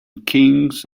kings